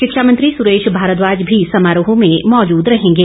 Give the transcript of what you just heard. शिक्षा मंत्री सुरेश भारद्दोज भी समारोह में र्मौजूद रहेंगे